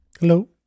Hello